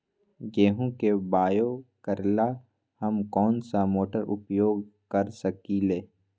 गेंहू के बाओ करेला हम कौन सा मोटर उपयोग कर सकींले?